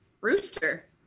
Rooster